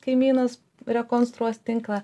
kaimynas rekonstruos tinklą